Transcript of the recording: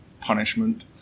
punishment